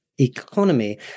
Economy